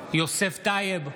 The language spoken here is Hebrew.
יוסף טייב,